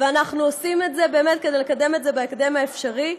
ואנחנו עושים את זה באמת כדי לקדם את זה בהקדם האפשרי.